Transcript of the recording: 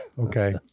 Okay